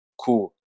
cool